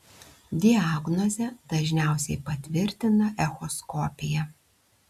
diagnozę dažniausiai patvirtina echoskopija